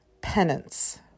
penance